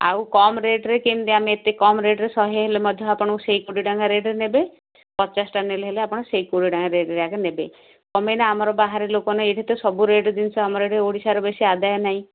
ଆଉ କମ୍ ରେଟ୍ରେ କେମିତି ଆମେ କମ୍ ରେଟ୍ ଶହେ ହେଲେ ମଧ୍ୟ ଆପଣଙ୍କୁ ସେଇ କୋଡ଼ିଏ ଟଙ୍କା ରେଟ୍ରେ ନେବେ ପଚାଶ ଟଙ୍କା ନେଲେ ହେଲେ ଆପଣ ସେଇ କୋଡ଼ିଏ ଟଙ୍କା ରେଟ୍ରେ ଏକା ନେବେ ତୁମେ ଏଇନେ ଆମର ବାହାର ଲୋକନା ଏଇଠି ସବୁ ରେଟ୍ ଜିନିଷ ଆମର ଏଠି ଓଡ଼ିଶାର ବେଶୀ ଆଦାୟ ନାହିଁ